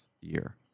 year